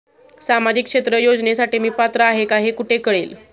सामाजिक क्षेत्र योजनेसाठी मी पात्र आहे का हे कुठे कळेल?